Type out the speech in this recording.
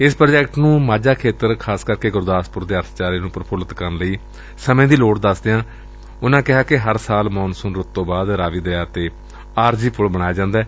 ਇਸ ਪ੍ਰਾਜੈਕਟ ਨੂੰ ਮਾਝਾ ਖੇਤਰ ਖਾਸ ਕਰ ਕੇ ਗੁਰਦਾਸਪੁਰ ਦੇ ਅਰਥਚਾਰੇ ਨੂੰ ਪ੍ਰਫੁੱਲਿਤ ਕਰਨ ਲਈ ਸਮੇਂ ਦੀ ਲੋੜ ਦਸਦਿਆਂ ਹਰ ਸਾਲ ਮਾਨਸੂਨ ਰੁੱਤ ਤੋਂ ਬਾਅਦ ਰਾਵੀ ਦਰਿਆ ਉਂਤੇ ਆਰਜ਼ੀ ਪੁੱਲ ਬਣਾਇਆ ਜਾਂਦੈ